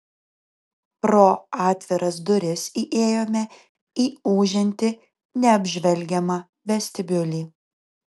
pro atviras duris įėjome į ūžiantį neapžvelgiamą vestibiulį